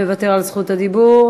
מוותר על זכות הדיבור,